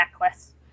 necklace